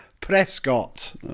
Prescott